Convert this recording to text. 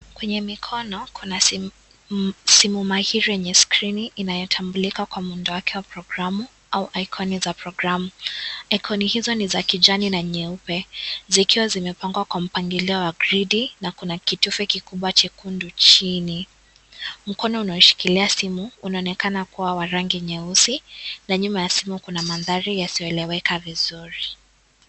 Kwenye mikono kuna simu mahiri yenye skrini inayotambulika kwa mwendo wake wa programu au [Vs]icon za programu. Icon hizo ni za kijani na nyeupe zikiwa zimepangwa kwa mpangilio wa gredi na kitufe kikubwa jekundu chini. Mkono unaoshukilia simu unaonekana kuwa wa rangi nyeusi na nyuma ya simu kuna maandhari yasiyoeleweka vizuri.